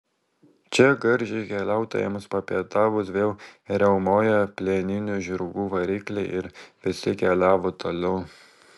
čia gardžiai keliautojams papietavus vėl riaumojo plieninių žirgų varikliai ir visi keliavo toliau